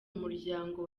umuryango